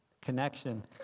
connection